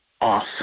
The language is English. off